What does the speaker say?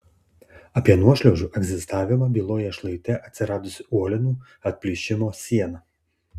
apie nuošliaužų egzistavimą byloja šlaite atsiradusi uolienų atplyšimo siena